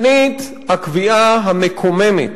שנית, הקביעה המקוממת